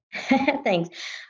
Thanks